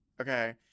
Okay